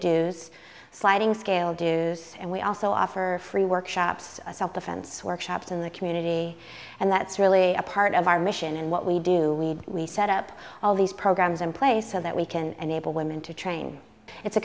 dues sliding scale dues and we also offer free workshops self defense workshops in the community and that's really a part of our mission and what we do we set up all these programs in place so that we can enable women to train it's a